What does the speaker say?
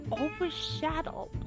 overshadowed